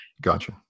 Gotcha